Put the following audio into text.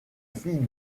fille